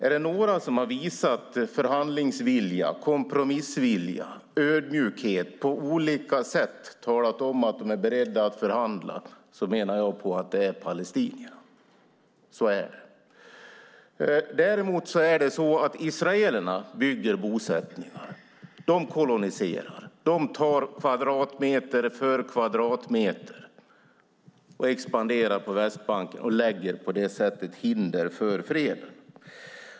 Är det några som har visat förhandlingsvilja, kompromissvilja och ödmjukhet och på olika sätt talat om att de är beredda att förhandla menar jag att det är palestinierna. Så är det. Men israelerna bygger bosättningar, koloniserar, tar kvadratmeter efter kvadratmeter, expanderar på Västbanken och lägger på det sättet hinder för freden.